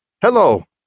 Hello